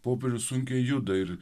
popiežius sunkiai juda ir